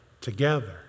together